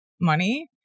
money